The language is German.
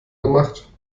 gemacht